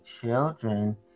children